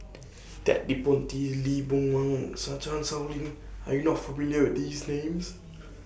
Ted De Ponti Lee Boon Wang and Chan Sow Lin Are YOU not familiar with These Names